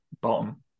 bottom